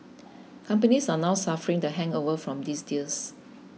companies are now suffering the hangover from these deals